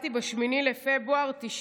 נולדתי ב-8 בפברואר 1999,